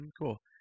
cool